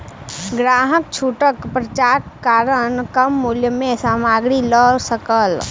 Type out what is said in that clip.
ग्राहक छूटक पर्चाक कारण कम मूल्य में सामग्री लअ सकल